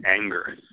anger